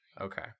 Okay